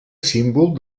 símbol